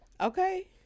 okay